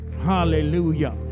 Hallelujah